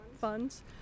funds